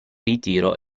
ritiro